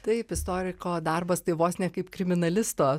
taip istoriko darbas tai vos ne kaip kriminalisto